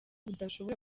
budashobora